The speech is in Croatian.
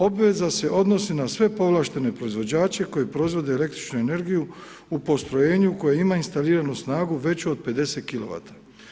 Obveza se odnosi na sve povlaštene proizvođače koji proizvode električnu energiju i postrojenju koje ima instaliranu snagu veću od 50 kilovata.